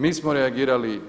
Mi smo reagirali